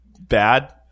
bad